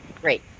great